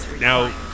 Now